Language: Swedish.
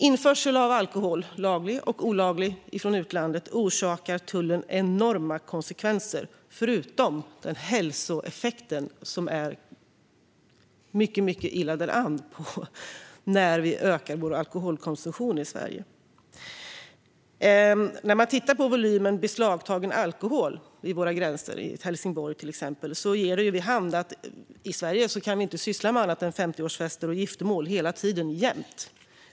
Införsel av alkohol, laglig och olaglig, från utlandet får enorma konsekvenser för tullen, utöver den effekt på människors hälsa det får när vi ökar vår alkoholkonsumtion i Sverige. Där är vi illa ute. Om man ser till volymen beslagtagen alkohol vid våra gränser, till exempel i Helsingborg, ger det vid handen att vi i Sverige inte sysslar med annat än 50-årsfester och giftermål - hela tiden och alltid.